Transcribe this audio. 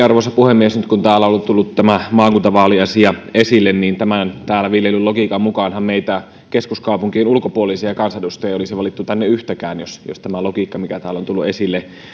arvoisa puhemies nyt kun täällä on tullut tämä maakuntavaaliasia esille niin tämän täällä viljellyn logiikan mukaanhan meitä keskuskaupunkien ulkopuolisia kansanedustajia ei olisi valittu tänne yhtäkään jos jos tämä logiikka mikä täällä on tullut esille